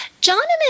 Jonathan